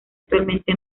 actualmente